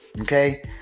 Okay